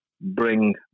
bring